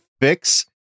fix